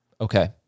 Okay